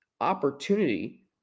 opportunity